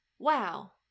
Wow